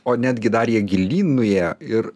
o netgi dar jie gilyn nuėjo ir